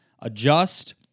adjust